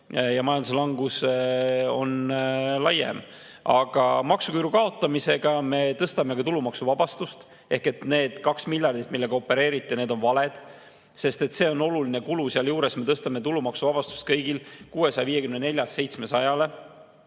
ja majanduslangus on laiem. Maksuküüru kaotamisega me tõstame ka tulumaksuvabastust. See 2 miljardit, millega te opereerite, on vale, sest see on oluline kulu. Sealjuures me tõstame tulumaksuvabastuse kõigil 654‑lt 700‑le